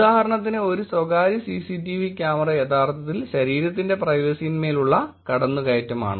ഉദാഹരണത്തിന് ഒരു സ്വകാര്യ സിസിടിവി ക്യാമറ യഥാർത്ഥത്തിൽ ശരീരത്തിന്റെ പ്രൈവസിയിന്മേലുള്ള കടന്നുകയറ്റമാണ്